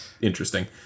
interesting